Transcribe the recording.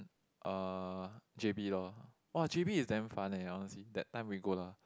uh j_b lor !wah! j_b is damn fun leh honestly that time we go lah